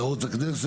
יגיעו לחקירה.